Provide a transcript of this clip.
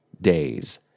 days